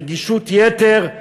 רגישות יתר,